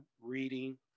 reading